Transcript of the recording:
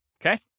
okay